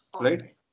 Right